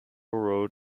road